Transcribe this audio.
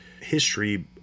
history